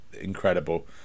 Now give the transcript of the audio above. incredible